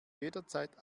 jederzeit